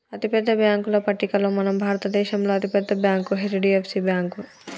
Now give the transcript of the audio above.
అతిపెద్ద బ్యేంకుల పట్టికలో మన భారతదేశంలో అతి పెద్ద బ్యాంక్ హెచ్.డి.ఎఫ్.సి బ్యేంకు